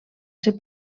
ser